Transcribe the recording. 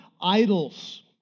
idols